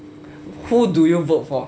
who do you vote for